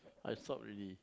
I stop already